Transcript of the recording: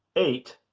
eight,